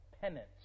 penance